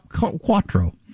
quattro